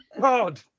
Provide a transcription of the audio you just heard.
God